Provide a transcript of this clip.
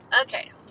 Okay